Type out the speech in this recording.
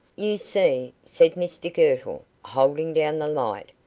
you see, said mr girtle, holding down the light,